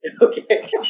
Okay